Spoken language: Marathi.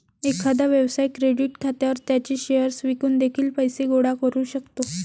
एखादा व्यवसाय क्रेडिट खात्यावर त्याचे शेअर्स विकून देखील पैसे गोळा करू शकतो